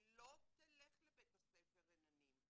היא לא תלך לבית הספר "רננים",